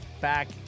back